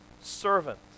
servant